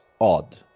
odd